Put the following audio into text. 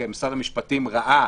כי משרד המשפטים ראה